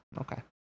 Okay